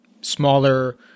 smaller